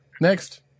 Next